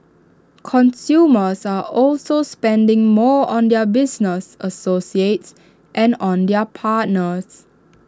consumers are also spending more on their business associates and on their partners